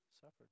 suffered